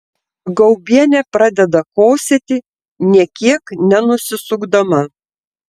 gaubienė pradeda kosėti nė kiek nenusisukdama